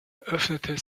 eröffnete